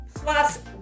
Plus